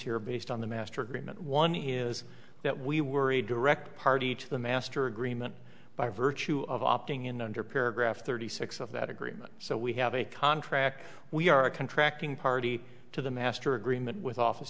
here based on the master agreement one is that we were a direct party to the master agreement by virtue of opting in under paragraph thirty six of that agreement so we have a contract we are a contracting party to the master agreement with office